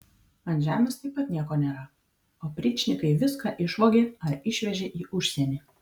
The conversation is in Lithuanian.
ant žemės taip pat nieko nėra opričnikai viską išvogė ar išvežė į užsienį